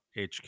HQ